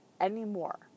anymore